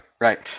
right